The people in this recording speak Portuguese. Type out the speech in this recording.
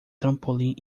trampolim